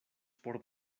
por